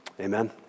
Amen